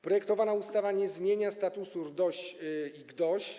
Projektowana ustawa nie zmienia statusu GDOŚ i RDOŚ.